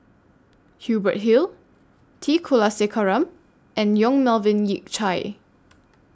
Hubert Hill T Kulasekaram and Yong Melvin Yik Chye